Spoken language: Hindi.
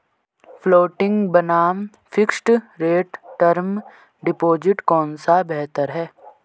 फ्लोटिंग बनाम फिक्स्ड रेट टर्म डिपॉजिट कौन सा बेहतर है?